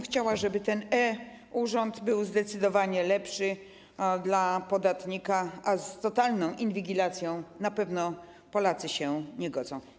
Chciałabym, żeby ten e-Urząd Skarbowy był zdecydowanie lepszy dla podatnika, a na totalną inwigilację na pewno Polacy się nie godzą.